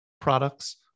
products